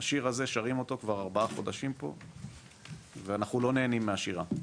השיר הזה שרים אותו כבר ארבעה חודשים פה ואנחנו לא נהנים מהשירה,